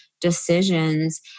decisions